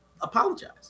apologize